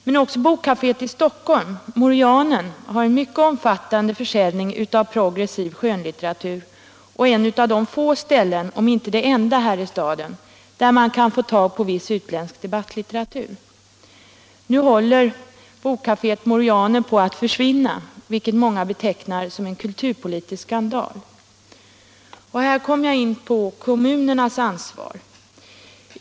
Även bokkaféet i Stockholm, Morianen, har en mycket omfattande försäljning av progressiv skönlitteratur och är ett av de få ställen om inte det enda här i staden där man kan få tag på viss utländsk debattlitteratur. Nu håller bokkaféet Morianen på att försvinna, vilket många betecknar som en kulturpolitisk skandal. Och här kommer jag in på kommunernas ansvar.